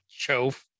chove